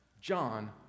John